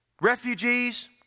refugees